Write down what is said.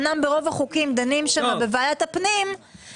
אמנם ברוב החוקים דנים בבעיות הפנים,